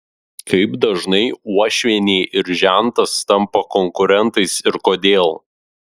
kaip dažnai uošvienė ir žentas tampa konkurentais ir kodėl